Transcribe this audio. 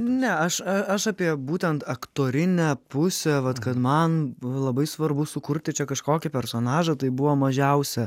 ne aš aš apie būtent aktorinę pusę vat kad man labai svarbu sukurti čia kažkokį personažą tai buvo mažiausia